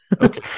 okay